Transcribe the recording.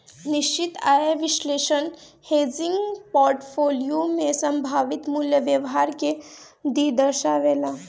निश्चित आय विश्लेषण हेजिंग पोर्टफोलियो में संभावित मूल्य व्यवहार के भी दर्शावेला